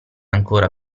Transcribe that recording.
ancora